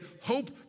hope